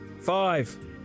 Five